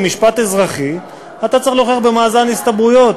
במשפט אזרחי אתה צריך להוכיח במאזן הסתברויות,